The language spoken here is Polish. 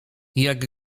jak